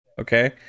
Okay